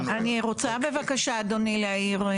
אני רוצה בבקשה אדוני להעיר.